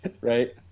right